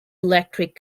electric